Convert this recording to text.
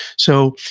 so,